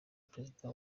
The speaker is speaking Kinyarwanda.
perezida